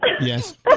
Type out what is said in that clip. Yes